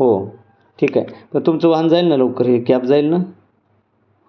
हो ठीक आहे पण तुमचं वाहन जाईल ना लवकर हे कॅब जाईल ना